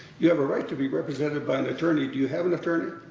you have a right to be represented by an attorney. do you have an attorney?